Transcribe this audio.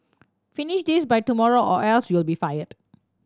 finish this by tomorrow or else you'll be fired